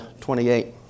28